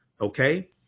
okay